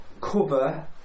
cover